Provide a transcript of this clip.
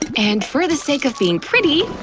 and for the sake of being pretty,